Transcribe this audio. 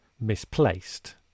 misplaced